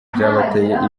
byateye